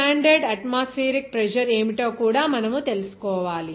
standard atmospheric pressure ఏమిటో కూడా మనము తెలుసుకోవాలి